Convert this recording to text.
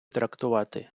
трактувати